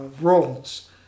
roles